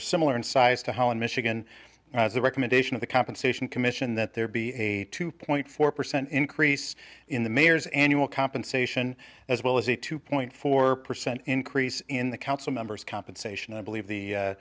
are similar in size to how in michigan as the recommendation of the compensation commission that there be a two point four percent increase in the mayor's annual compensation as well as a two point four percent increase in the council members compensation i believe the